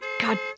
God